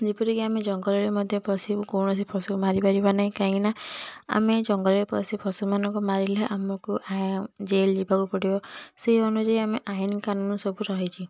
ଯେପରିକି ଆମେ ଜଙ୍ଗଲରେ ମଧ୍ୟ ପଶିବୁ କୌଣସି ପଶୁକୁ ମାରି ପାରିବା ନାହିଁ କାହିଁକିନା ଆମେ ଜଙ୍ଗଲରେ ପଶି ପଶୁମାନଙ୍କୁ ମାରିଲେ ଆମକୁ ଆ ଜେଲ୍ ଯିବାକୁ ପଡ଼ିବ ସେହି ଅନୁଯାୟୀ ଆମେ ଆଇନ କାନୁନ ସବୁ ରହିଛି